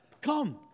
come